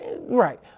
Right